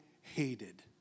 hated